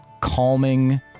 calming